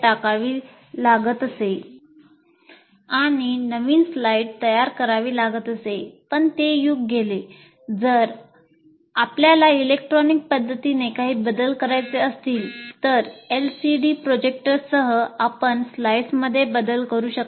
पूर्वी overhead projector आपण स्लाइडमध्ये बदल करू शकता